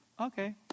Okay